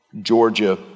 georgia